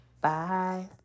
Bye